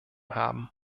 haben